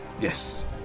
yes